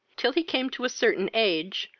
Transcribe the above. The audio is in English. till he came to a certain age,